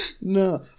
No